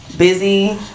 Busy